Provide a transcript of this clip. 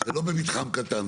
זה לא מתחם קטן.